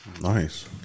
Nice